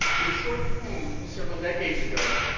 in a short poem several decades ago,